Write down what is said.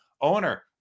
owner